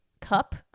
cup